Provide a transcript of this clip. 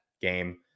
game